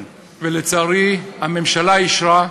לצערי, הממשלה אישרה,